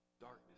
Darkness